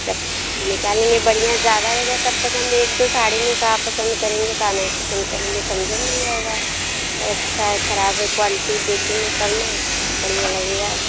जब निकालेंगे बढ़िया ज़्यादा रहेगा तब पसंद एक दो साड़ी में का पसंद करेंगे का नहीं पसंद करेंगे समझ ही में नहीं आएगा और अच्छा है खराब है क्वालटी देखेंगे तब ना बढ़िया लगेगा